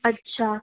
अच्छा